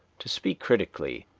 to speak critically,